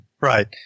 Right